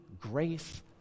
grace